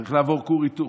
צריך לעבור כור היתוך,